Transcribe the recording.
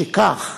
משכך,